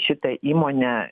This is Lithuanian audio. šitą įmonę